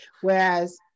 whereas